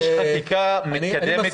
יש חקיקה מתקדמת יותר ממגילת העצמאות?